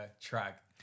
track